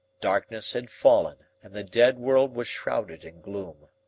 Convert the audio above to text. darkness had fallen and the dead world was shrouded in gloom.